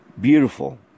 Beautiful